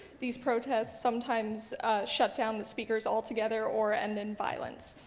these protests sometimes shutdown the speakers all together or end in violence.